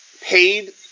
paid